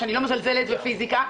ואני לא מזלזלת בפיזיקה,